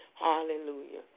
Hallelujah